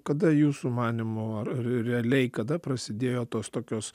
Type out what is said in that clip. kada jūsų manymu ar r realiai kada prasidėjo tos tokios